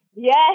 Yes